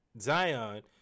Zion